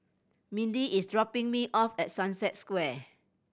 Mindi is dropping me off at Sunset Square